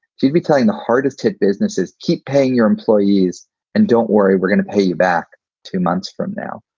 she'd be telling the hardest hit businesses, keep paying your employees and don't worry, we're gonna pay you back two months from now.